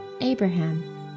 Abraham